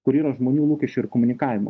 kur yra žmonių lūkesčių ir komunikavimo